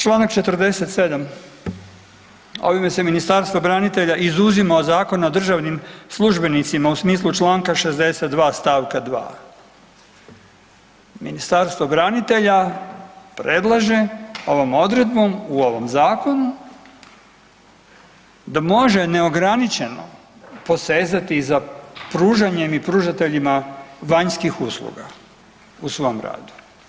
Članak 47. ovime se Ministarstvo branitelja izuzima od Zakona o državnim službenicima u smislu članka 62. stavka 2. Ministarstvo branitelja predlaže ovom odredbom, u ovom Zakonu, da može neograničeno posezati za pružanjem i pružateljima vanjskih usluga u svom radu.